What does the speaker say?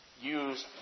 use